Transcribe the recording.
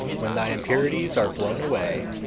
when thy impurities are blown away,